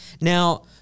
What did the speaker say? Now